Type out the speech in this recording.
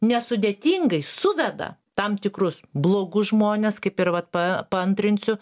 nesudėtingai suveda tam tikrus blogus žmones kaip ir vat pa paantrinsiu